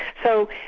so,